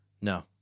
No